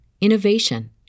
innovation